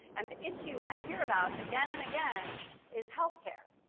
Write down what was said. and the issue i hear about again and again is health care.